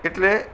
એટલે